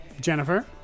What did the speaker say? Jennifer